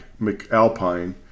McAlpine